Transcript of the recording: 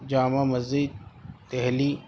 Jama Masjid Delhi